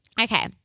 Okay